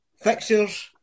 fixtures